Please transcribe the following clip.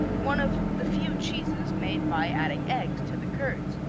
one of the few cheeses made by adding eggs to the curds.